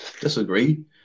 Disagree